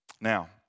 Now